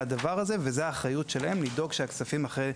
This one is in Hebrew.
הדבר הזה וזאת האחריות שלהן לדאוג שהכספים אכן נשמרים.